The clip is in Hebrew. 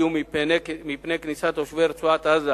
האיום מפני כניסת תושבי רצועת-עזה